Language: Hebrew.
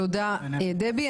תודה, דבי.